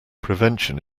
prevention